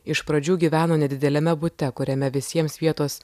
iš pradžių gyveno nedideliame bute kuriame visiems vietos